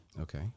Okay